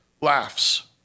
laughs